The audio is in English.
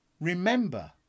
Remember